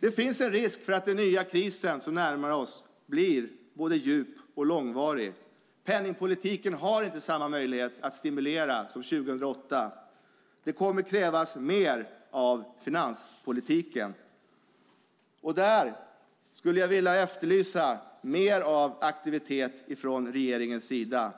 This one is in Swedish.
Det finns en risk för att den nya kris som närmar sig oss blir både djup och långvarig. Penningpolitiken har inte samma möjlighet att stimulera som 2008. Det kommer att krävas mer av finanspolitiken. Där skulle jag vilja efterlysa mer av aktivitet från regeringens sida,